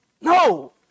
No